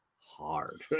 hard